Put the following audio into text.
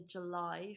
July